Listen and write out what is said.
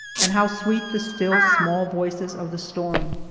and how sweet the still small voices of the storm!